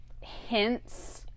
hints